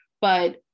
but-